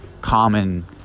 common